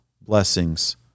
blessings